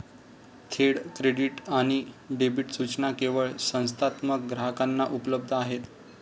थेट क्रेडिट आणि डेबिट सूचना केवळ संस्थात्मक ग्राहकांना उपलब्ध आहेत